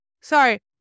sorry